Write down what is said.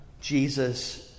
Jesus